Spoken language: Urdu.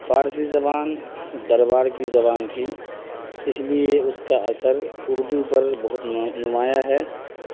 فارسی زبان دربار کی زبان تھی اس لیے اس کا اثر اردو پر بہت نمایاں ہے